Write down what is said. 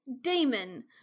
Damon